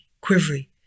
quivery